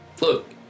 Look